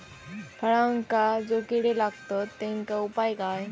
फळांका जो किडे लागतत तेनका उपाय काय?